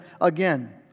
again